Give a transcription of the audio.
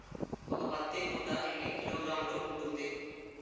ఒక పత్తి మూట ఎన్ని కిలోగ్రాములు ఉంటుంది?